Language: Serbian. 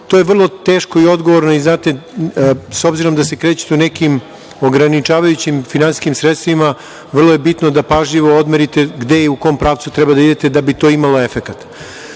je vrlo teško i odgovorno i, s obzirom da se krećete u nekim ograničavajućim finansijskim sredstvima, vrlo je bitno da pažljivo odmerite u kom pravcu treba da idete da bi to imalo efekata. Koliko